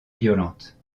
violente